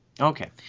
Okay